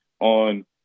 on